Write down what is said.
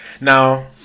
Now